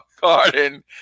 Garden